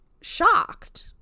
shocked